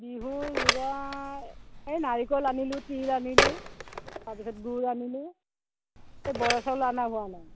বিহুৰ যোগাৰ এ নাৰিকল আনিলো তিল আনিলো তাৰপিছত গুড় আনিলো এই বৰা চাউল অনা হোৱা নাই